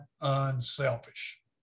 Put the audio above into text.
unselfish